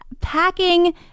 packing